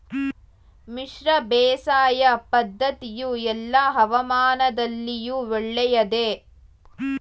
ಮಿಶ್ರ ಬೇಸಾಯ ಪದ್ದತಿಯು ಎಲ್ಲಾ ಹವಾಮಾನದಲ್ಲಿಯೂ ಒಳ್ಳೆಯದೇ?